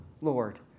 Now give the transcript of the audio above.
Lord